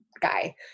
guy